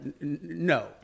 no